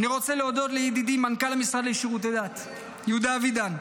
אני רוצה להודות לידידי מנכ"ל המשרד לשירותי דת יהודה אבידן,